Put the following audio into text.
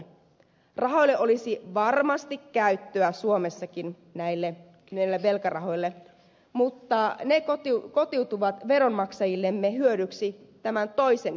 näille velkarahoille olisi varmasti käyttöä suomessakin mutta ne kotiutuvat veronmaksajillemme hyödyksi tämän toisen tien kautta